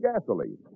gasoline